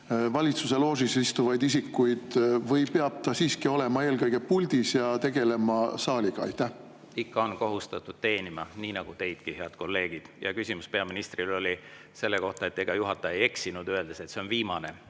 valitsuse loožis istuvaid isikuid või peab ta siiski olema eelkõige puldis ja tegelema saaliga? Ikka on kohustatud teenima, nagu teidki, head kolleegid. Peaministril oli küsimus selle kohta, et ega juhataja ei eksinud, öeldes, et see on viimane